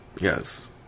yes